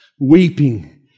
Weeping